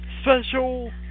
special